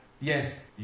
Yes